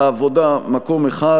העבודה: מקום אחד.